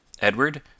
Edward